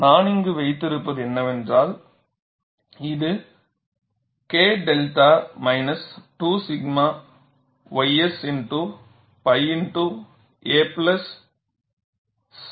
எனவே நான் இங்கே வைத்திருப்பது என்னவென்றால் இது K 𝛅 minus 2 𝛔 ys X pi X a plus 𝛅 pi